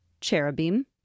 Cherubim